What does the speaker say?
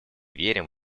верим